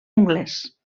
anglès